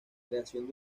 creación